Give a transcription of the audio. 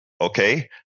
Okay